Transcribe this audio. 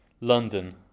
London